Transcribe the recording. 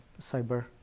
cyber